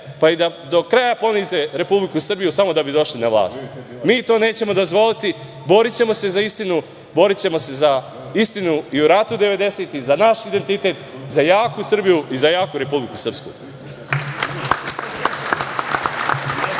pa i da do kraja ponize Republiku Srbiju samo da bi došli na vlast. Mi to nećemo dozvoliti. Borićemo se za istinu, borićemo se za istinu i u ratu devedesetih, za naš identitet, za jaku Srbiju, i za jaku Republiku